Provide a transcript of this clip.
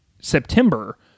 September